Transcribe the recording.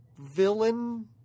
villain